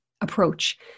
approach